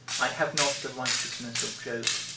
i have not the righteousness of job,